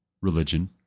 religion